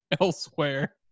elsewhere